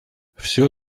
все